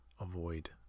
Avoid